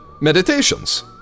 meditations